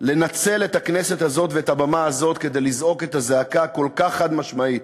לנצל את הכנסת הזאת ואת הבמה הזאת כדי לזעוק את הזעקה הכל-כך חד-משמעית